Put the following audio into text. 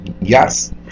yes